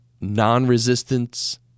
non-resistance